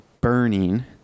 burning